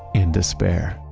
and despair.